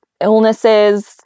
illnesses